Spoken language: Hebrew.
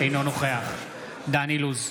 אינו נוכח דן אילוז,